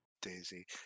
Daisy